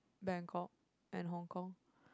Bangkok and Hong Kong